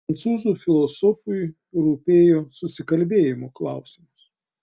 prancūzų filosofui rūpėjo susikalbėjimo klausimas